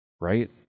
right